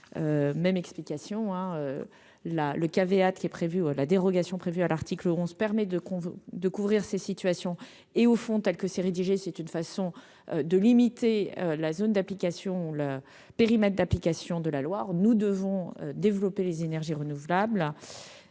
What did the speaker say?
le, qu'il avait hâte qui est prévu la dérogation prévue à l'article 11 permet de de couvrir ces situations et, au fond, tels que ces rédigé, c'est une façon de limiter la zone d'application, le périmètre d'application de la Loire, nous devons développer les énergies renouvelables